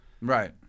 Right